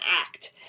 act